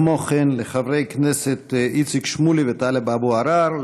כמו כן, לחברי הכנסת איציק שמולי וטלב אבו עראר.